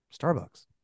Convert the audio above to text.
Starbucks